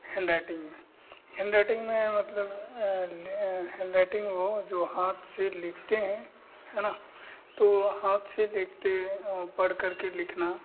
handwriting में handwriting मतलब handwriting वह जो हाथ से लिखते हैं है ना तो हाथ से देखते पढ़ करके लिखना